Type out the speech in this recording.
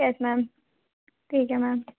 yes ma'am ठीक है ma'am